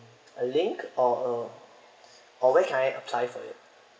a link or uh or where can I apply for it